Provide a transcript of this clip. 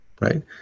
right